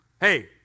Hey